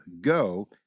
go